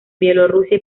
bielorrusia